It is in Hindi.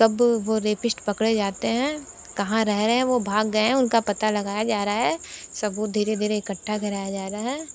कब वो रेपिस्ट पकड़े जाते हैं कहाँ रह रहे हैं वो भाग गए हैं उनका पता लगाया जा रहा है सबूत धीरे धीरे इकट्ठा कराया जा रहा है